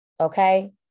okay